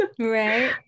Right